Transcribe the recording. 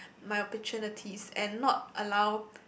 my opportunities and not allow